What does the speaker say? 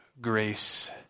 grace